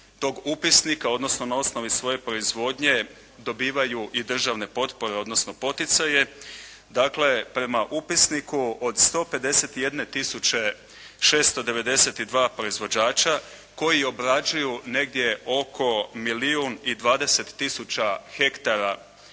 tog upisnika odnosno na osnovi svoje proizvodnje dobivaju i državne potpore odnosno poticaje Dakle, prema upisniku od 151 tisuće 692 proizvođača koji obrađuju negdje oko milijun i 20 tisuća hektara